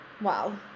Wow